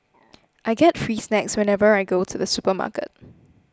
I get free snacks whenever I go to the supermarket